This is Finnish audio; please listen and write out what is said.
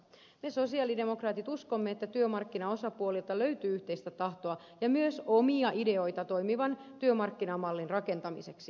me sosialidemokraatit uskomme että työmarkkinaosapuolilta löytyy yhteistä tahtoa ja myös omia ideoita toimivan työmarkkinamallin rakentamiseksi